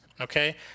Okay